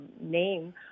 name